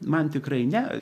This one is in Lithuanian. man tikrai ne